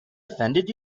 offended